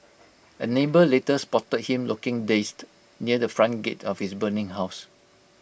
A neighbour later spotted him looking dazed near the front gate of his burning house